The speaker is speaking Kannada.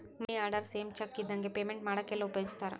ಮನಿ ಆರ್ಡರ್ ಸೇಮ್ ಚೆಕ್ ಇದ್ದಂಗೆ ಪೇಮೆಂಟ್ ಮಾಡಾಕೆಲ್ಲ ಉಪಯೋಗಿಸ್ತಾರ